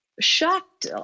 shocked